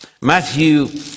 Matthew